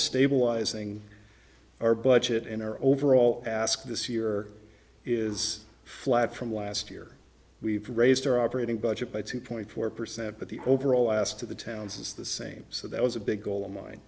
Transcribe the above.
stabilizing our budget and our overall asked this year is flat from last year we've raised our operating budget by two point four percent but the overall ass to the towns is the same so that was a big goal of min